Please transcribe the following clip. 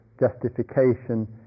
justification